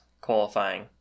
qualifying